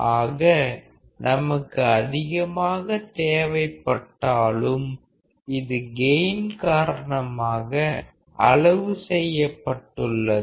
ஆக நமக்கு அதிகமாக தேவைப்பட்டாலும் இது கெயின் காரணமாக அளவு செய்யப்பட்டுள்ளது